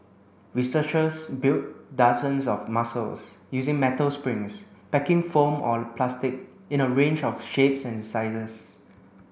researchers built dozens of muscles using metal springs packing foam or plastic in a range of shapes and sizes